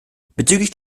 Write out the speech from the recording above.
bezüglich